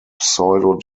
pseudo